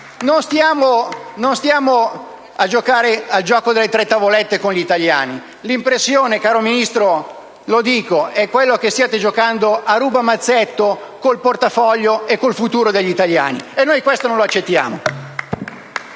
Non stiamo giocando al gioco delle tre tavolette con gli italiani. L'impressione, caro ministro Giovannini, è che stiate giocando a rubamazzetto con il portafoglio e il futuro degli italiani, e noi questo non lo accettiamo.